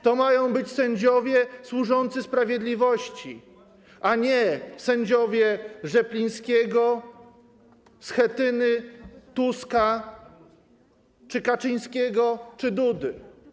To mają być sędziowie służący sprawiedliwości, a nie sędziowie Rzeplińskiego, Schetyny, Tuska, Kaczyńskiego czy Dudy.